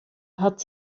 hat